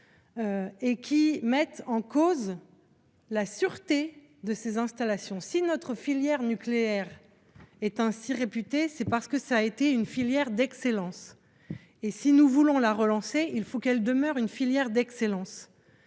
et qui mettent en cause la sûreté des installations. Si notre filière nucléaire est aussi réputée, c'est qu'elle a été une filière d'excellence. Si nous voulons la relancer, il faut qu'elle le demeure,